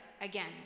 again